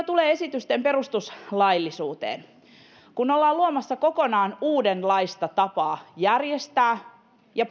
tulee esitysten perustuslaillisuuteen kun ollaan luomassa kokonaan uudenlaista tapaa järjestää sosiaali ja